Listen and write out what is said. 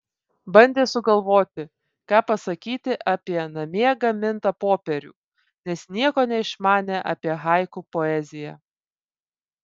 bandė sugalvoti ką pasakyti apie namie gamintą popierių nes nieko neišmanė apie haiku poeziją